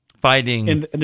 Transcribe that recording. fighting